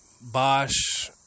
Bosch